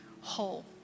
whole